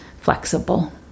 flexible